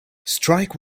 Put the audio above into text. strike